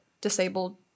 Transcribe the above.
disabled